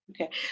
Okay